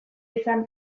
izan